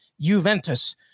Juventus